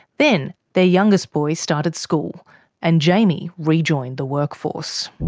then their youngest boy started school and jaimie re-joined the workforce.